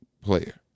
player